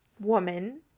woman